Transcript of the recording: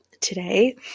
today